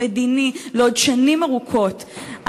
המדיני לעוד שנים ארוכות.